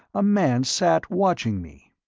a man sat watching me.